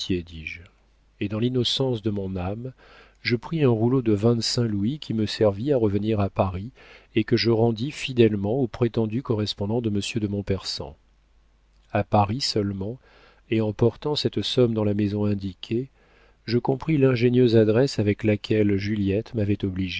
et dans l'innocence de mon âme je pris un rouleau de vingt-cinq louis qui me servit à revenir à paris et que je rendis fidèlement au prétendu correspondant de monsieur de montpersan a paris seulement et en portant cette somme dans la maison indiquée je compris l'ingénieuse adresse avec laquelle juliette m'avait